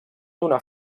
donar